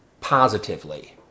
positively